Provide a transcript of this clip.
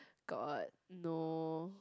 god no